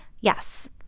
yes